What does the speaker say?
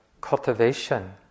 cultivation